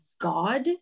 god